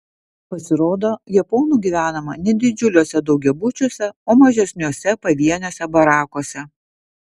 pasirodo japonų gyvenama ne didžiuliuose daugiabučiuose o mažesniuose pavieniuose barakuose